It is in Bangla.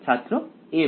ছাত্র a1